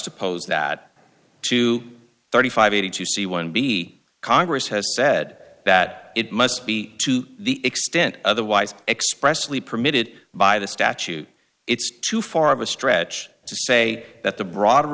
apose that to thirty five eighty two c one b congress has said that it must be to the extent otherwise expressly permitted by the statute it's too far of a stretch to say that the broader